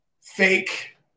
fake